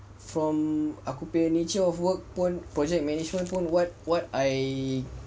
from aku punya nature of work pun project management pun what what I